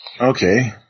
Okay